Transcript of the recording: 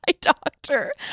doctor